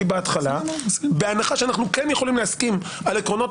בהתחלה בהנחה שאנחנו כן יכולים להסכים על עקרונות